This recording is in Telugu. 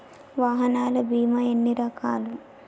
వాహనాల బీమా ఎన్ని రకాలు?